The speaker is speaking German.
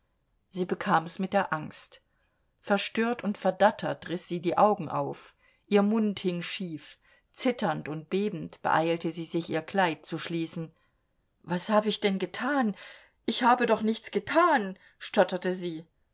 sie bekam's mit der angst verstört und verdattert riß sie die augen auf ihr mund hing schief zitternd und bebend beeilte sie sich ihr kleid zu schließen was hab ich denn getan ich habe doch nichts getan stotterte sie